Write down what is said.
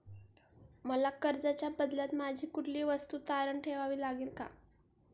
मला कर्जाच्या बदल्यात माझी कुठली वस्तू तारण ठेवावी लागेल का?